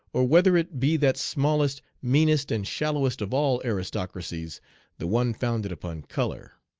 or whether it be that smallest, meanest, and shallowest of all aristocracies the one founded upon color.